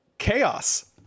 Chaos